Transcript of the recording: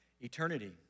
eternity